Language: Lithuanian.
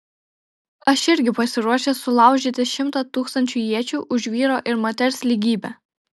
aš irgi pasiruošęs sulaužyti šimtą tūkstančių iečių už vyro ir moters lygybę